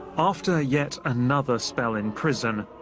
after yet another spell in prison,